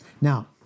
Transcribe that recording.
Now